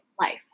life